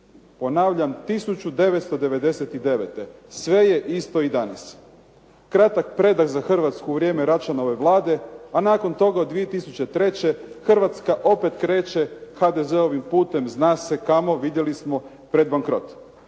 ponavljam 1999. Sve je isto i danas. Kratak predah za Hrvatsku u vrijeme Račanove Vlade, a nakon toga od 2003. Hrvatska opet kreće HDZ-ovim putem, zna se kamo, vidjeli smo, pred bankrot.